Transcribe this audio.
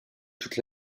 toute